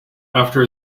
after